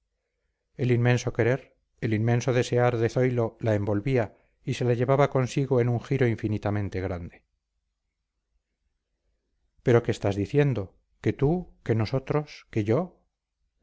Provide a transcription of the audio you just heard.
el inmenso querer el inmenso desear de zoilo la envolvía y se la llevaba consigo en un giro infinitamente grande pero qué estás diciendo que tú que nosotros que yo